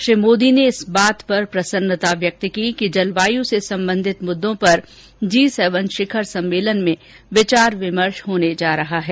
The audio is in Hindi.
प्रधानमंत्री ने इस बात पर प्रसन्नता व्यक्त की कि जलवायु से संबंधित मुद्दों पर जी सेवन शिखर सम्मेलन में विचार विमर्श होने जा रहा है